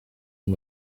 and